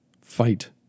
Fight